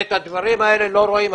את הדברים האלה לא רואים.